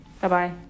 Bye-bye